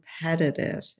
competitive